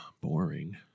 Boring